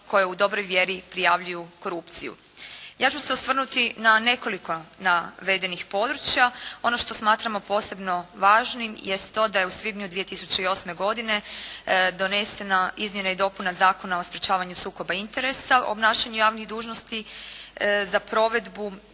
koje u dobroj vjeri prijavljuju korupciju. Ja ću se osvrnuti na nekoliko navedenih područja. Ono što smatramo posebno važnim jest to da je u svibnju 2008. godine donesena izmjena i dopuna Zakona o sprječavanju sukoba interesa u obnašanju javnih dužnosti. Za provedbu